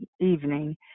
evening